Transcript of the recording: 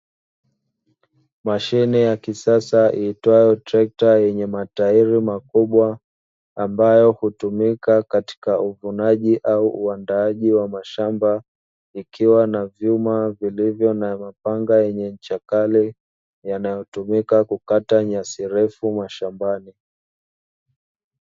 Mashine ya kisasa iitwayo trekta yenye mataili makubwa, ambayo hutumika katika uvunaji au uandaaji wa mashamba ikiwa na vyuma vilivyo na mapanga yenye ncha kali yanayotumika kukata nyasi ndefu mashambani.